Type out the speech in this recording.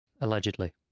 allegedly